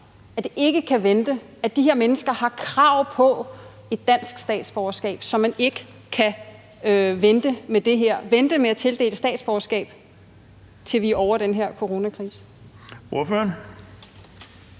at det ikke kan vente, altså at de her mennesker har krav på et dansk statsborgerskab, så man ikke kan vente med at tildele statsborgerskab, til vi er ovre den her coronakrise?